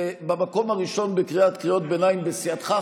במקום הראשון בקריאת קריאות ביניים בסיעתך,